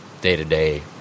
day-to-day